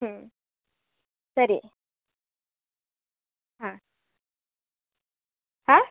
ಹ್ಞೂ ಸರಿ ಹಾಂ ಹ್ಞಾಂ